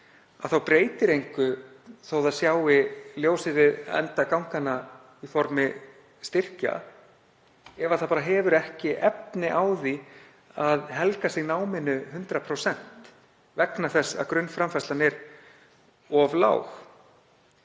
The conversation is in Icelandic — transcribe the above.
Það breytir engu þó að fólk sjái ljósið við enda ganganna í formi styrkja ef það hefur ekki efni á því að helga sig náminu 100% vegna þess að grunnframfærslan er of lág.